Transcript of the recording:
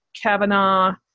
Kavanaugh